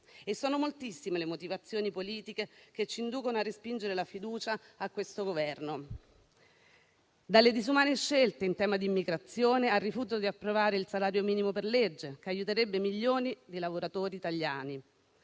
Sono moltissime le motivazioni politiche che ci inducono a respingere la fiducia a questo Governo, dalle disumane scelte in tema di immigrazione al rifiuto di approvare il salario minimo per legge, che aiuterebbe milioni di lavoratori italiani,